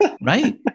right